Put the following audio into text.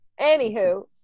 Anywho